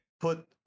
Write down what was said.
put